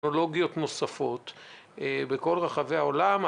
טכנולוגיות נוספות בכל רחבי העולם.